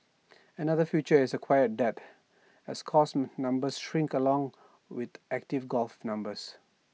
another future is A quiet death as course numbers shrink along with active golfer numbers